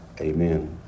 amen